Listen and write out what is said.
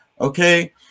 Okay